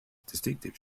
distinctive